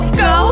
go